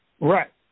Right